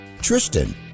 tristan